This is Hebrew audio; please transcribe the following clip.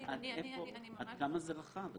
עד כמה זה רחב?